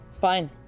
Fine